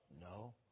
No